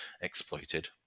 exploited